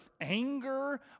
anger